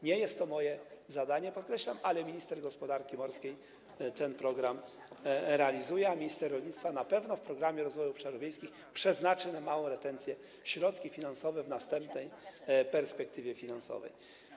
Nie jest to moje zadanie, ale minister gospodarki morskiej ten program realizuje, a minister rolnictwa na pewno w Programie Rozwoju Obszarów Wiejskich przeznaczy na małą retencję środki finansowe w następnej perspektywie finansowej.